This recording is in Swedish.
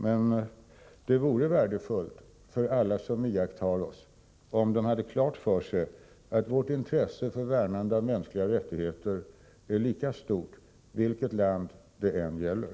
Men det vore värdefullt om alla som iakttar oss hade klart för sig att vårt intresse för värnande av mänskliga rättigheter är lika stort vilket land det än gäller.